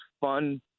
fun